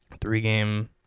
three-game